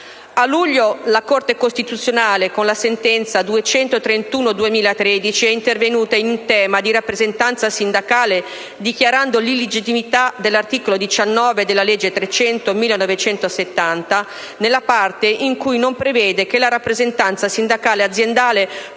A luglio, la Corte costituzionale con la sentenza n. 231 del 2013 è intervenuta in tema di rappresentanza sindacale dichiarando l'illegittimità dell'articolo 19 della legge n. 300 del 1970 nella parte in cui non prevede che la rappresentanza sindacale aziendale